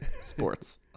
Sports